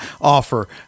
offer